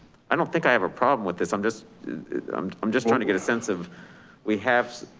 i don't think i have a problem with this. i'm just um i'm just trying to get a sense of we have